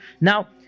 Now